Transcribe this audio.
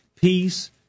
Peace